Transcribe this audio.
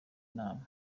nama